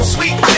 Sweet